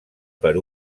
per